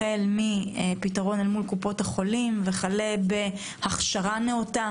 החל מפתרון מול קופות החולים, וכלה בהכשרה נאותה